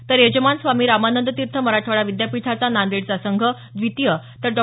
तर यजमान स्वामी रामानंद तीर्थ मराठवाडा विद्यापीठम नांदेडचा संघ द्वितीय तर डॉ